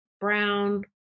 brown